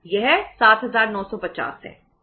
यह 7950 है